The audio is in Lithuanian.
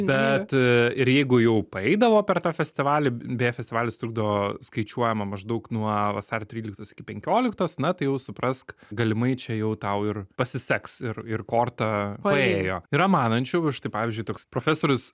bet ir jeigu jau paeidavo per tą festivalį beje festivalis trukdo skaičiuojama maždaug nuo vasario tryliktos iki penkioliktos na tai jau suprask galimai čia jau tau ir pasiseks ir ir korta paėjo yra manančių vat štai pavyzdžiui toks profesorius